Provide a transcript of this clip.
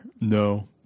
no